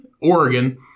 Oregon